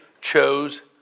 chose